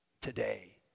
today